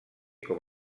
com